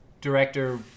director